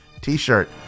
t-shirt